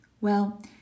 Well